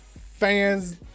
fans